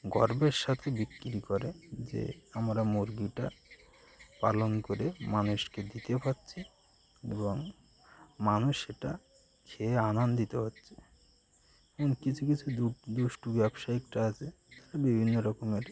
গর্বের সাথে বিক্রি করে যে আমরা মুরগিটা পালন করে মানুষকে দিতে পারছি এবং মানুষ সেটা খেয়ে আনন্দিত হচ্ছে এবং কিছু কিছু দুষ্টু ব্যবসায়িকটা আছে বিভিন্ন রকমের